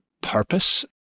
purpose